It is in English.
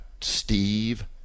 steve